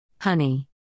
Honey